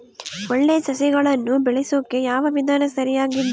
ಒಳ್ಳೆ ಸಸಿಗಳನ್ನು ಬೆಳೆಸೊಕೆ ಯಾವ ವಿಧಾನ ಸರಿಯಾಗಿದ್ದು?